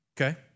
okay